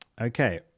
Okay